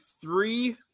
three